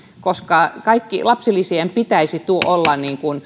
koska kaikkien lapsilisien pitäisi olla